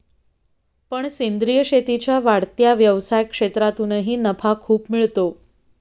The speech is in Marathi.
पण सेंद्रीय शेतीच्या वाढत्या व्यवसाय क्षेत्रातूनही नफा खूप मिळतो